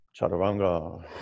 chaturanga